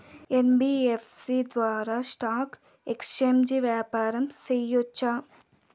NBFC ద్వారా stock exchange వ్యాపారం సేయొచ్చా?